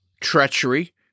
treachery